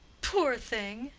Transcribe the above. poor thing!